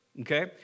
okay